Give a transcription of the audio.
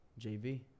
JV